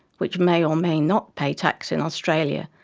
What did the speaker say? which may or may not pay tax in australia,